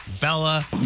Bella